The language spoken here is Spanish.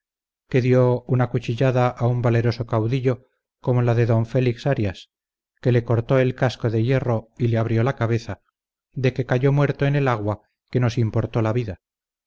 que dio una cuchillada a un valeroso caudillo como la de don félix arias que le cortó el casco de hierro y le abrió la cabeza de que cayó muerto en el agua que nos importó la vida